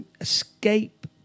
escape